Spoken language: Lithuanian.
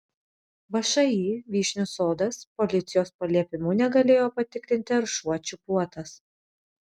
všį vyšnių sodas policijos paliepimu negalėjo patikrinti ar šuo čipuotas